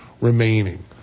remaining